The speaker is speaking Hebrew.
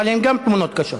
אבל גם הן תמונות קשות.